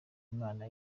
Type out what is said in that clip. imana